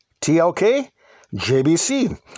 TLKJBC